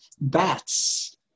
Bats